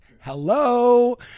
hello